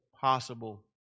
possible